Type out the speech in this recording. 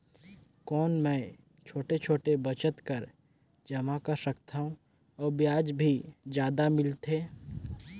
कौन मै छोटे छोटे बचत कर जमा कर सकथव अउ ब्याज भी जादा मिले?